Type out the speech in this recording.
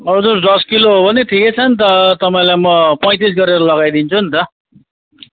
हजुर दस किलो हो भने ठिकै छ नि त तपाईँलाई म पैँतिस गरेर लगाइदिन्छु नि त